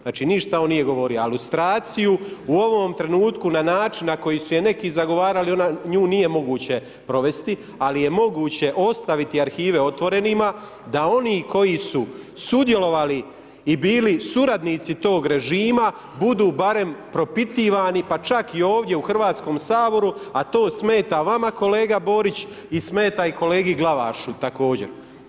Znači ništa on nije govorio, a lustraciju u ovom trenutku na način na koji su je neki zagovarali nju nije moguće provesti, ali je moguće ostaviti arhive otvorenima, da oni koji su sudjelovali i bili suradnici tog režima budu barem propitivani, pa čak i ovdje u Hrvatskom saboru, a to smeta vama kolega Borić i smeta i kolegi Glavašu također.